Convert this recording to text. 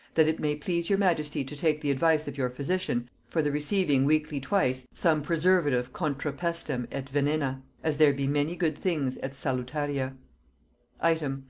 that it may please your majesty to take the advice of your physician for the receiving weekly twice some preservative contra pestem et venena as there be many good things et salutaria item.